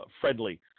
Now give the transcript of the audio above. friendly